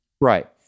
Right